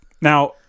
Now